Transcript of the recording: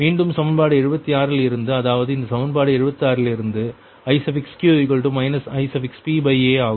மீண்டும் சமன்பாடு 76 இல் இருந்து அதாவது இந்த சமன்பாடு 76 இல் இருந்து Iq Ipa ஆகும்